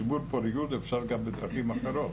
שימור הפוריות אפשר לעשות גם בדרכים אחרות.